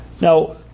Now